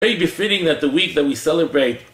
It may be fitting that the week that we celebrate